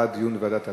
בעד דיון בוועדת הפנים,